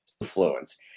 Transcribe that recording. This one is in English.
influence